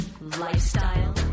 lifestyle